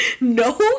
No